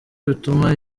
bituma